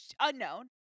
unknown